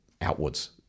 outwards